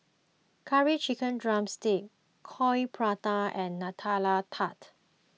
Curry Chicken Drumstick Coin Prata and Nutella Tart